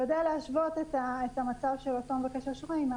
והוא יודע להשוות את המצב של אותם מבקשי אשראי ---.